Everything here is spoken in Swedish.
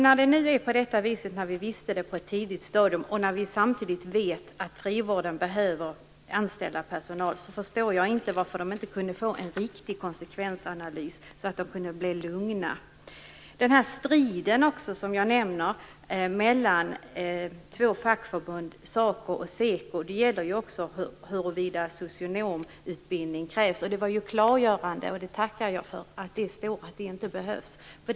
När det nu är på detta vis, som vi kände till på ett tidigt stadium, och vi samtidigt vet att frivården behöver anställa personal, förstår jag inte varför det inte gjordes en riktig konsekvensanalys så att personalen kunde känna sig lugn. Striden, som jag nämner i min interpellation, mellan de två fackförbunden SACO och SEKO gäller huruvida socionomutbildning krävs. Svaret, att det inte behövs, var ju klargörande. Det tackar jag för.